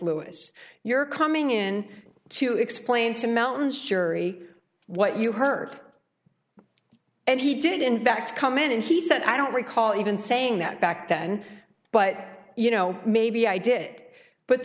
lewis you're coming in to explain to mountains sure what you heard and he did in fact come in and he said i don't recall even saying that back then but you know maybe i did but